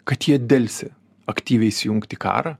kad jie delsė aktyviai įsijungti į karą